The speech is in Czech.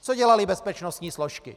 Co dělaly bezpečnostní složky?